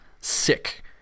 sick